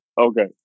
okay